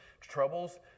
troubles